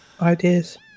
ideas